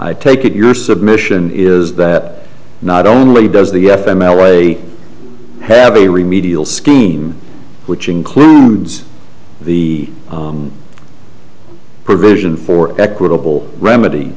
i take it your submission is that not only does the f m l a have a remedial scheme which includes the provision for equitable remedy